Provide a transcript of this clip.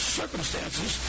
circumstances